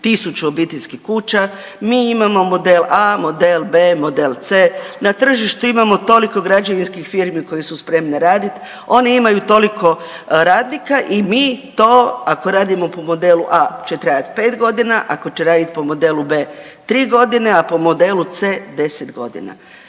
1000 obiteljskih kuća, mi imamo model A, model B, model C, na tržištu imamo toliko građevinskih firmi koje su spremne raditi, one imaju toliko radnika i mi to, ako radimo po modelu A će trajati 5 godina, ako će raditi po modelu B 3 godine, a po modelu C 10 godina.